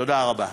תודה רבה.